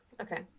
Okay